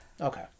Okay